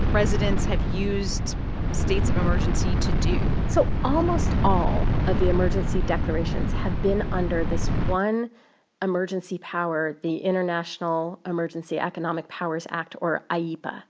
presidents have used states of emergency to do? so almost all of the emergency declarations have been under this one emergency power, the international emergency economic powers act, or ieepa.